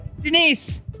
Denise